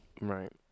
Right